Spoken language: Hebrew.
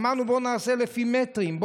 אמרנו שנעשה לפי מטרים,